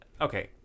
okay